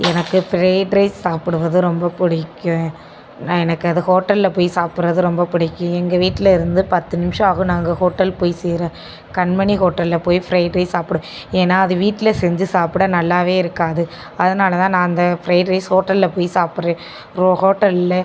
எனக்கு fried rice சாப்பிடுவது ரொம்ப பிடிக்கும் நான் எனக்கு அது ஹோட்டலில் போய் சாப்பிட்றது ரொம்ப பிடிக்கும் எங்கள் வீட்டில் இருந்து பத்து நிமிஷம் ஆகும் நாங்கள் ஹோட்டல் போய் சேர கண்மணி ஹோட்டலில் போய் ஃப்ரைட் ரைஸ் சாப்பிடுவேன் ஏன்னா அது வீட்டில் செஞ்சு சாப்பிட நல்லாவே இருக்காது அதனால் தான் நான் அந்த ஃப்ரைட் ரைஸ் ஹோட்டலில் போய் சாப்பிட்றேன் அப்புறம் ஹோட்டலில்